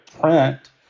print